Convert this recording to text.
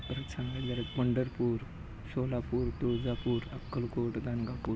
Pandharpur Solapur Tuljapur Akkalkot Ganagapur